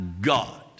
God